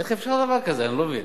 איך אפשר דבר כזה, אני לא מבין?